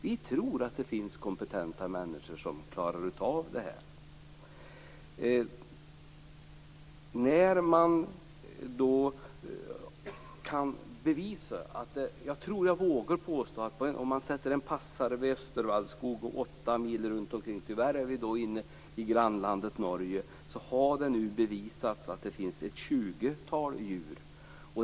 Vi tror att det finns kompetenta människor som klarar av det här. Jag tror att jag vågar påstå att det nu har bevisats att det inom ett område av åtta mil runt Östervallskog - tyvärr är vi då inne i grannlandet Norge - finns ett 20-tal djur.